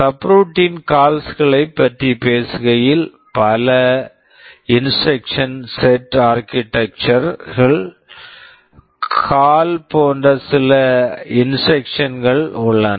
subroutine subroutine calls calls களைப் பற்றி பேசுகையில் பல instructions set architecture instruction set architectures களில் கால் CALL போன்ற சில இன்ஸ்ட்ரக்க்ஷன் instruction கள் உள்ளன